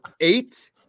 eight